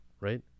right